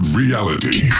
reality